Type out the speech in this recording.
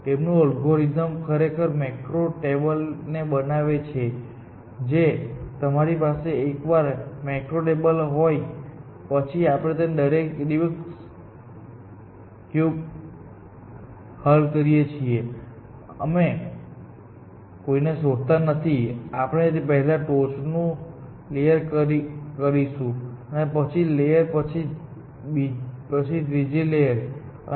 તેમનું અલ્ગોરિધમ ખરેખર macro table બનાવે છે જે તમારી પાસે એકવાર મેક્રો ટેબલ હોય પછી આપણે દરેક રિબિક્સ ક્યુબ હલ કરીએ છીએ અમે કોઈને શોધતા નથી આપણે પહેલા ટોચ નું લેયર કરીશું પછી બીજુ લેયર પછી ત્રીજી લેયર હશે